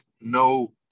no